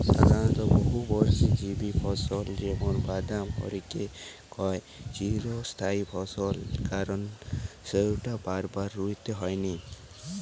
সাধারণত বহুবর্ষজীবী ফসল যেমন বাদাম হারিকে কয় চিরস্থায়ী ফসল কারণ সউটা বারবার রুইতে হয়নি